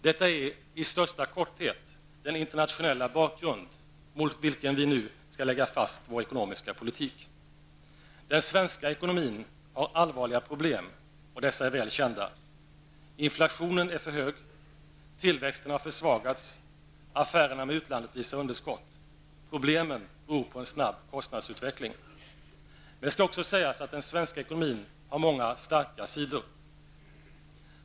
Detta är -- i största korthet -- den internationella bakgrund mot vilken vi nu skall lägga fast vår ekonomiska politik. Den svenska ekonomin har allvarliga problem och dessa är väl kända. Inflationen är för hög, tillväxten har försvagats och affärerna med utlandet visar underskott. Problemen beror på en snabb kostnadsökning. Men det skall också sägas att den svenska ekonomin har många starka sidor.